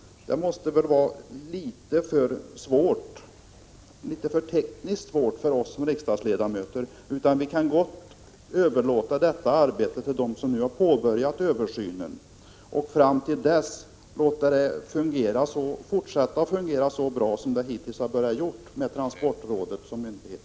Det måste väl vara litet för svårt, tekniskt sett, för oss som riksdagsledamöter att fatta beslut i de frågorna. Vi kan gott överlåta detta arbete till dem som nu påbörjat översynen och fram till dess låta det fortsätta att fungera så bra som det hittills har gjort, med transportrådet som myndighet.